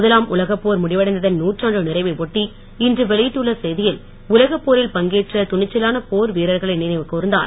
முதலாம் உலகப் போர் முடிவடைந்ததன் நூற்றாண்டு நிறைவை ஒட்டி இன்று வெளியிட்டுள்ள செய்தியில் உலகப் போரில் பங்கேற்ற துணிச்சலான போர் வீரர்களை நினைவு கூர்ந்தார்